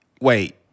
wait